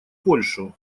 польшу